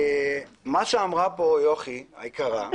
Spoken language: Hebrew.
מה שאמרה כאן יוכי היקרה,